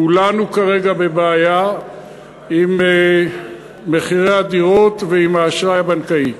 כולנו כרגע בבעיה עם מחירי הדירות ועם האשראי הבנקאי.